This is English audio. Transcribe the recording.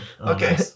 Okay